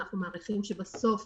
אנחנו מעריכים שבסוף,